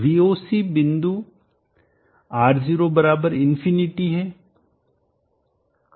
VOC बिंदु R0 ∞ है